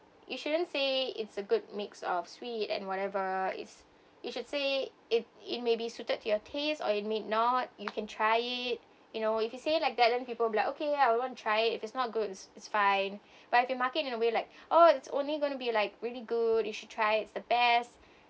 you shouldn't say it's a good mix of sweet and whatever it's you should say it it may be suited to your taste or it may not you can try it you know if you say like that then people be like okay I want to try it if it's not good it's it's fine but if you market in a way like oh it's only going to be like really good you should try it's the best